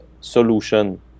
solution